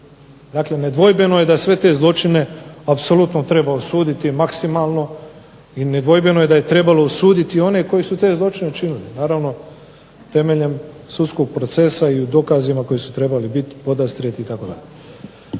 Dakle nedvojbeno je da sve te zločine apsolutno treba osuditi, maksimalno, i nedvojbeno je da je trebalo osuditi one koji su te zločine učinili. Naravno temeljem sudskog procesa i u dokazima koji su trebali biti podastrijeti itd.